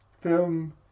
film